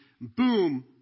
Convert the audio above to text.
boom